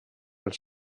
els